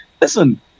listen